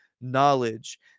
knowledge